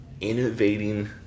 innovating